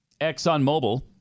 ExxonMobil